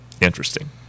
Interesting